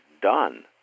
done